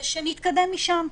ושנתקדם משם,